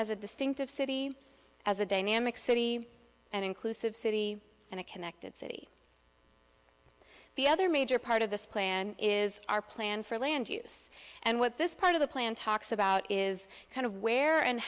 as a distinctive city as a dynamic city an inclusive city and a connected city the other major part of this plan is our plan for land use and what this part of the plan talks about is kind of where and